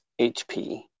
hp